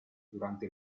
durante